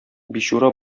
бичура